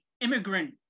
immigrant